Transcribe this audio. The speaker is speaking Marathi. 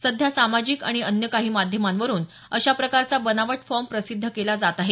सध्या सामाजिक आणि अन्य काही माध्यमावरून अशा प्रकारचा बनावट फॉर्म प्रसिद्ध केला जात आहे